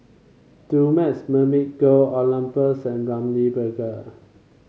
Dumex Mamil Gold Oxyplus and Ramly Burger